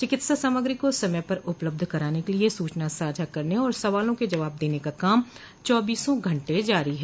चिकित्सा सामग्री को समय पर उपलब्ध कराने के लिए सूचना साझा करने और सवालों के जवाब देने का काम चौबीसों घंटे जारी है